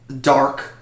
Dark